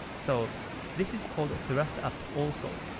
so this is called thrust up, also.